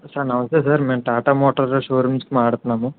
sir నమస్తే sir మేము Tata motor showroom నుంచి మాట్లాడుతున్నాము